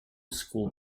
school